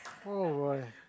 oh my